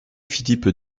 philippe